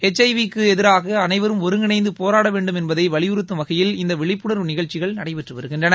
H I V க்கு எதிராக அனைவரும் ஒருங்கிணைந்து போராட வேண்டும் என்பதை வலியுறத்தும் வகையில் இந்த விழிப்புணா்வு நிகழ்ச்சிகள் நடைபெற்று வருகின்றன